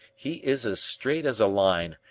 he is as straight as a line,